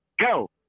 go